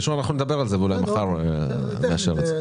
אנחנו נדבר על זה ואולי מחר ניישב את זה.